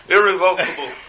Irrevocable